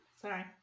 Sorry